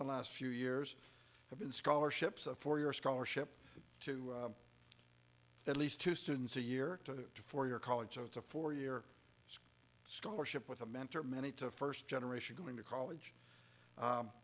the last few years have been scholarships a four year scholarship to at least two students a year to four year college so it's a four year scholarship with a mentor many to first generation going to college